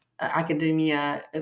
academia